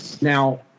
Now